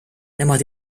nemad